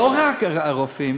לא רק הרופאים,